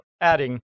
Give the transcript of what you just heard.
adding